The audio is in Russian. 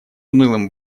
унылым